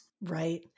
Right